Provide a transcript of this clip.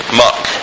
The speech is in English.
muck